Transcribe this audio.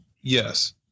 Yes